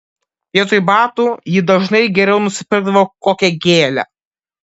vietoj batų ji dažnai geriau nusipirkdavo kokią gėlę